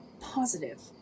Positive